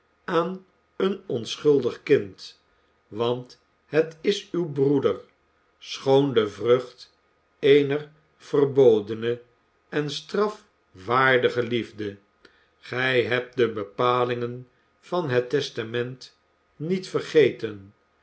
aan een onschuldig kind want het is uw broeder schoon de vrucht eener verbodene en strafwaardige liefde gij hebt de bepalingen van het testament niet vergeten